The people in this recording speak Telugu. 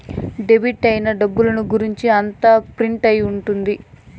డెబిట్ అయిన డబ్బుల గురుంచి అంతా ప్రింట్ అయి ఉంటది